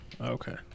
Okay